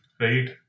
right